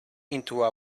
into